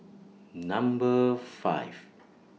Number five